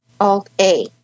Alt-A